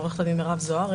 עוה"ד מירב זוהרי,